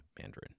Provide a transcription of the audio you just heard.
Mandarin